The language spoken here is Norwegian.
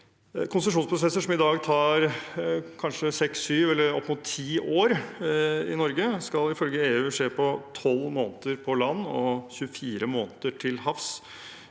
Konsesjonsprosesser som i dag tar kanskje seks, syv eller opp mot ti år i Norge, skal ifølge EU skje på 12 måneder på land og 24 måneder til havs